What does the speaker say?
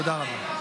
תודה רבה.